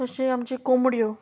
तशें आमच्यो कोंबड्यो